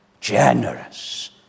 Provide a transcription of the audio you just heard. Generous